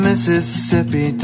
Mississippi